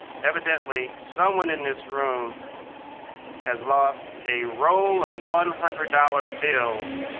evidently someone in this room has lost a roll of one hundred dollars bills